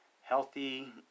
healthy